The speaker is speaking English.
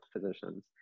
physicians